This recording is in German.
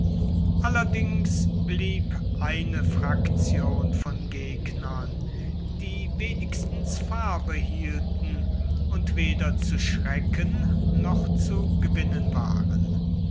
allerdings blieb eine fraktion von gegnern die wenigstens farbe hielten und weder zu schrecken noch zu gewinnen waren